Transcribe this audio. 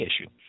issue